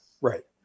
Right